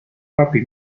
papi